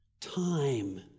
Time